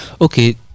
Okay